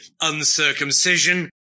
uncircumcision